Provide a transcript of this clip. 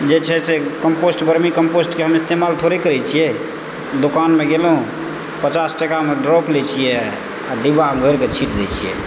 जे छै से कम्पोस्ट बर्मी कम्पोस्टके हम इस्तेमाल थोड़े करै छियै दोकानमे गेलहुँ पचास टाकामे ड्रॉप लए छियै आ डिबामे घोरि कऽ छिट दए छियै